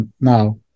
now